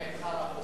אין, אבל